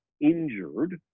injured